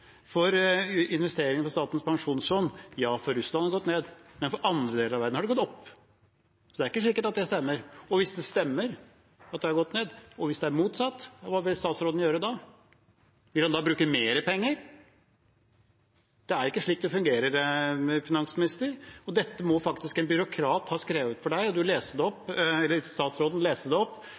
gått ned, men for andre deler av verden har det gått opp. Så det er ikke sikkert at det stemmer. Hvis det stemmer at det har gått ned, hva da hvis det er motsatt, hva vil statsråden gjøre da? Vil han bruke mer penger? Det er ikke slik det fungerer. Dette må faktisk en byråkrat ha skrevet og statsråden leste det opp.